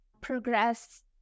progress